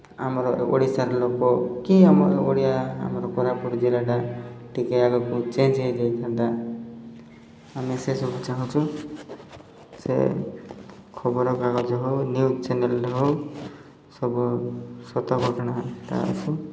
ଆମର ଓଡ଼ିଶାର ଲୋକ କି ଆମ ଓଡ଼ିଆ ଆମର କୋରାପୁଟ ଜିଲ୍ଲାଟା ଟିକିଏ ଆଗକୁ ଚେଞ୍ଜ୍ ହୋଇଯାଇଥାନ୍ତା ଆମେ ସେସବୁ ଚାହୁଁଛୁ ସେ ଖବରକାଗଜ ହେଉ ନ୍ୟୁଜ୍ ଚ୍ୟାନେଲ୍ ହେଉ ସବୁ ସତ ଘଟଣାଟା ଆସୁ